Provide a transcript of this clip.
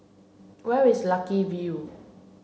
where is Lucky View